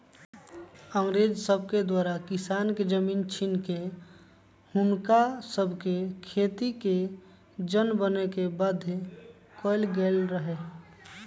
अंग्रेज सभके द्वारा किसान के जमीन छीन कऽ हुनका सभके खेतिके जन बने के बाध्य कएल गेल रहै